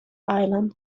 island